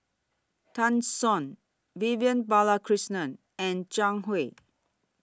Tan Shen Vivian Balakrishnan and Zhang Hui